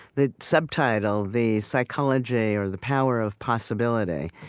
the subtitle, the psychology or the power of possibility,